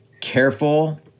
careful